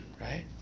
right